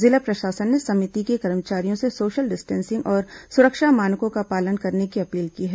जिला प्रशासन ने समिति के कर्मचारियों से सोशल डिस्टेंसिंग और सुरक्षा मानकों का पालन करने की अपील की है